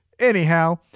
anyhow